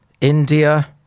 India